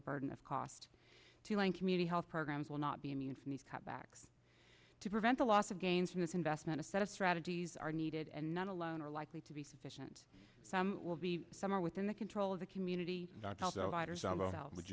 the burden of cost to line community health programs will not be immune from these cutbacks to prevent the loss of gains from this investment a set of strategies are needed and none alone are likely to be sufficient will be somewhere within the control of the community would